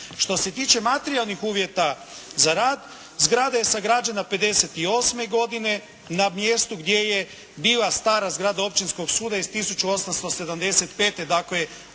Što se tiče materijalnih uvjeta za rad, zgrada je sagrađena '58. godine na mjestu gdje je bila stara zgrada Općinskog suda iz 1875. Dakle,